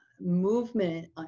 movement